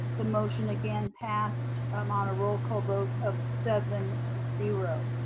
the motion again passed um on a roll call vote of seven zero.